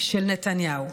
של נתניהו: